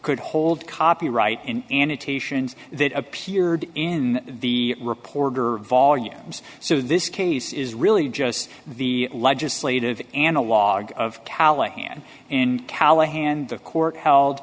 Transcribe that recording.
could hold copyright and annotations that appeared in the reporter volumes so this case is really just the legislative analogue of callahan and callahan the court held